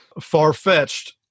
far-fetched